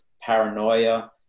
paranoia